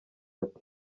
ati